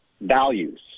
values